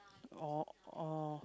oh oh